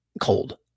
cold